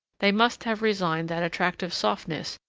they must have resigned that attractive softness,